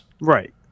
Right